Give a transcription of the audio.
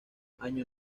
año